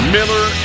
Miller